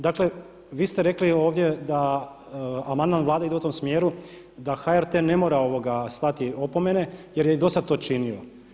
Dakle, vi ste rekli ovdje da amandman Vlade ide u tom smjeru da HRT ne mora slati opomene, jer je i do sad to činio.